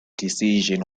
decision